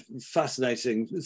fascinating